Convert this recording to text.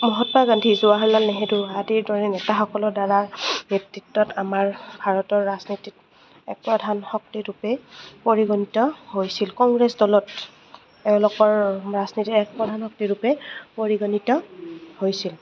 মহাত্মা গান্ধী জৱাহৰলাল নেহেৰু আদিৰ দৰে নেতাসকলৰ দ্বাৰা নেতৃত্বত আমাৰ ভাৰতৰ ৰাজনীতিত এক প্ৰধান শক্তি ৰূপে পৰিগণিত হৈছিল কংগ্ৰেছ দলত এওঁলোকৰ ৰাজনীতি এক প্ৰধান শক্তিৰ ৰূপে পৰিগণিত হৈছিল